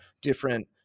different